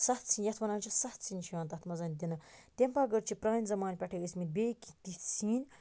ستھ سیِن یتھ وَنان چھِ ستھ سیِن چھِ یِوان تتھ مَنٛز دٕنہٕ تمہِ بَغٲر چھ پرانہ زَمان پیٚٹھے ٲسۍمٕتۍ بیٚیہِ تِتھ سیِنۍ